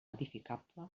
edificable